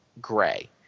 gray